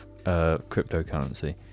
cryptocurrency